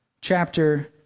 chapter